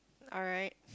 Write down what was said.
alright